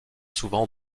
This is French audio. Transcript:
souvent